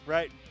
Right